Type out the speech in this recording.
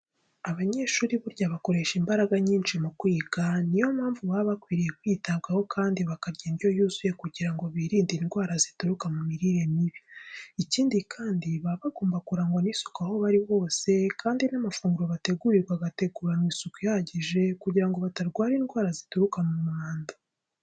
Abanyeshuri burya bakoresha imbaraga nyinshi mu kwiga, ni yo mpamvu baba bakwiriye kwitabwaho kandi bakarya indyo yuzuye kugira ngo birinde indwara zituruka ku mirire mibi. Ikindi kandi baba bagomba kurangwa n'isuku aho bari hose kandi n'amafunguro bategurirwa agateguranwa isuku ihagije kugira ngo batarwara indwara zituruka ku mwanda.